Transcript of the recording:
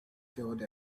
killed